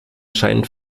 scheint